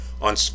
on